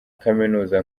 kaminuza